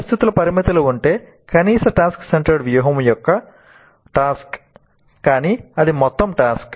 పరిస్థితుల పరిమితులు ఉంటే కనీస టాస్క్ సెంటర్డ్ వ్యూహం ఒకే టాస్క్ కానీ అది మొత్తం టాస్క్